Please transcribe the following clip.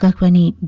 and twenty